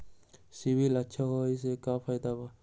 CIBIL अच्छा होऐ से का फायदा बा?